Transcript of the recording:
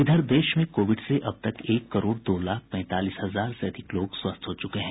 इधर देश में कोविड से अब तक एक करोड़ दो लाख पैंतालीस हजार से अधिक लोग स्वस्थ हो चुके हैं